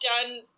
done